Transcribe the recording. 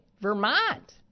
Vermont